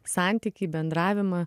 santykį bendravimą